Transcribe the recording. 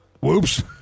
whoops